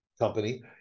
Company